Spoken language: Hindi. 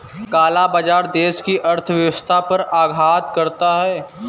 काला बाजार देश की अर्थव्यवस्था पर आघात करता है